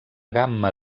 gamma